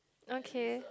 okay